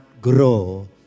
grow